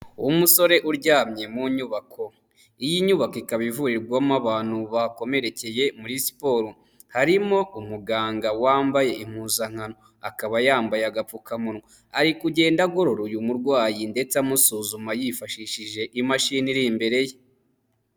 Umusore uryamye mu nyubako, iyi nyubako ikaba ivurirwamo abantu bakomerekeye muri siporo, harimo umuganga wambaye impuzankano, akaba yambaye agapfukamunwa, ari kugenda agorora uyu murwayi ndetse amusuzuma yifashishije imashini iri imbere ye.